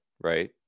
right